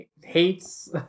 hates